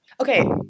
Okay